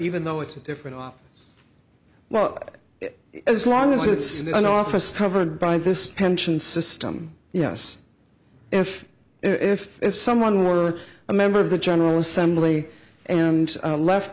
even though it's a different well as long as it's an office covered by this pension system yes if if if someone were a member of the general assembly and left